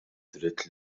dritt